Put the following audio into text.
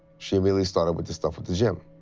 she really started with the stuff with the gym.